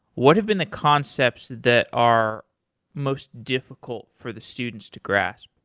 what have been the concepts that are most difficult for the students to grasp?